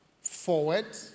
forward